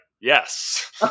yes